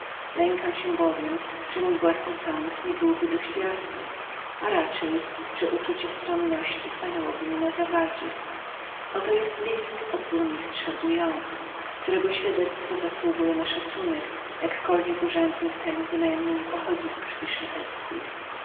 lękam się albowiem aby mój własny sąd niebył dość jasnym czyli raczej aby uczucie stronności nie stanęło mi na zawadzie oto jest list od burmistrza z bouillonu którego świadectwo zasługuje na szacunek jakkolwiek urzędnik ten bynajmniej nie pochodzi z krwi szlacheckiej